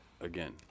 again